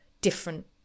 different